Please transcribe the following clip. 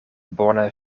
bone